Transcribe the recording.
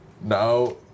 now